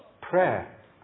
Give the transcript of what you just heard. prayer